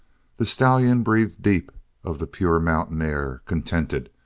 the stallion breathed deep of the pure mountain air, contented.